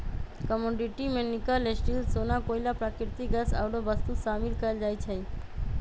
commodity में nickel, steel,, सोना, कोइला, प्राकृतिक गैस आउरो वस्तु शामिल कयल जाइ छइ